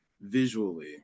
visually